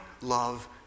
love